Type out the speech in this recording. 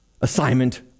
assignment